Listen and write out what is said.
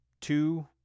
two